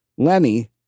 Lenny